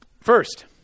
first